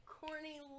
corny